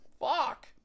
Fuck